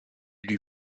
lui